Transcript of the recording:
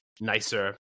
nicer